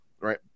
right